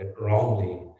wrongly